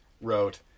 wrote